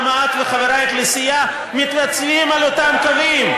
למה את וחברייך לסיעה מתייצבים על אותם קווים.